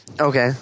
Okay